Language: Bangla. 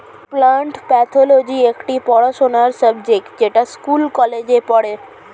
প্লান্ট প্যাথলজি একটি পড়াশোনার সাবজেক্ট যেটা স্কুল কলেজে পড়ে